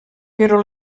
però